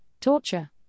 torture